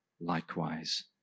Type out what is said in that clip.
likewise